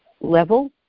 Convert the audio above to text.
level